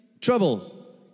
Trouble